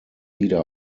wieder